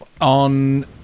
on